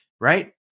right